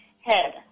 head